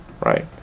right